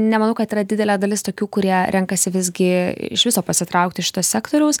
nemanau kad yra didelė dalis tokių kurie renkasi visgi iš viso pasitraukti iš šito sektoriaus